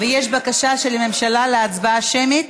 יש בקשה של הממשלה להצבעה שמית.